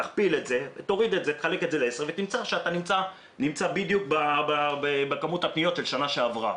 תחלק את הפניה לעשר ותמצא שאתה נמצא בדיוק בכמות הפניות של שנה שעברה,